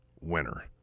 winner